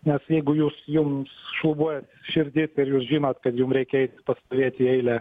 nes jeigu jūs jums šlubuoja širdis ir jūs žinot kad jum reikia pastovėt į eilę